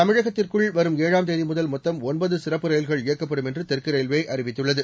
தமிழகத்திற்குள் வரும் ஏழாம் தேதி முதல் மொத்தம் ஒன்பது சிறப்பு ரயில்கள் இயக்கப்படும் என்று தெற்கு ரயில்வே அறிவித்துள்ளது